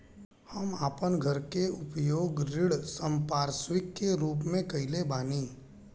हम आपन घर के उपयोग ऋण संपार्श्विक के रूप में कइले बानी